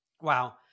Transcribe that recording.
wow